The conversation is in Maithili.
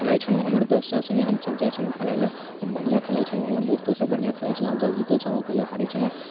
हमर दोस्तसभ सङ्गे हमसभ जाइ छलहुँ खेलाइलए हम बढ़िआँ खेलाइ छलहुँ हमर दोस्तोसभ बढ़िआँ खेलाइ छलै हमसभ जितै छलहुँ कहिओ हारै छलहुँ